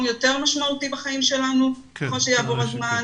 יותר משמעותי בחיים שלנו ככל שיעבור הזמן.